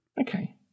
Okay